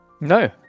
No